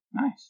Nice